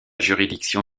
juridiction